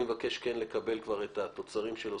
אני מבקש כן לקבל כבר את התוצרים שלו,